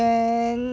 then